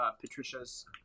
Patricia's